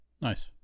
Nice